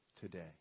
today